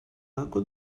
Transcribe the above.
água